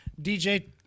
DJ